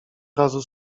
razu